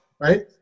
right